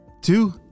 two